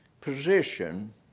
position